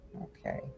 Okay